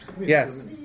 Yes